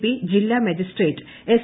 P ജില്ലാ magistrate S